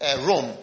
Rome